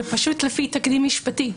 זה פשוט לפי תקדים משפטי.